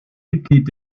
mitglied